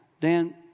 Dan